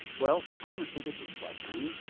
well, i'm a physicist, by training,